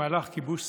במהלך כיבוש סיני.